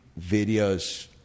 videos